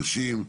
חדשים.